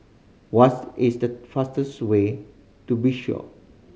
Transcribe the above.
what is the fastest way to Bissau